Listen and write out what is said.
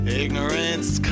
ignorance